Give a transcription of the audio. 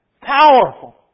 Powerful